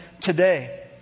today